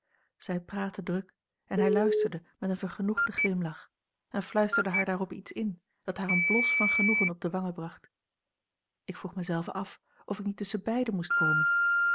zij praatte druk en hij luisterde met een vergenoegden glimlach en fluisterde haar daarop iets in dat haar een blos van genoegen op de wangen bracht ik vroeg mij zelve af of ik niet tusschenbeiden moest komen